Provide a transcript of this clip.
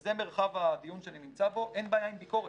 זה מרחב הדיון שאני נמצא בו, אין בעיה עם ביקורת,